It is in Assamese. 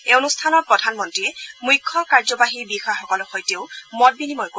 এই অনুষ্ঠানত প্ৰধানমন্ত্ৰীয়ে মুখ্য কাৰ্যবাহী বিষয়াসকলৰ সৈতেও মত বিনিময় কৰিব